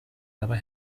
dabei